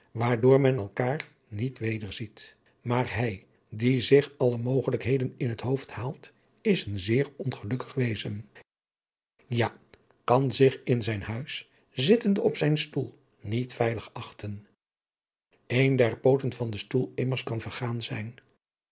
waardoor men elkaar niet weder ziet maar hij die zich alle mogelijkheden in het hoofd haalt is een zeer ongelukkig wezen ja kan zich in zijn huis zittende op zijn stoel niet veilig achten een der pooten van den stoel immers kan vergaan zijn